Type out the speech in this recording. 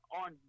on